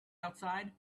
outside